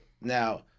now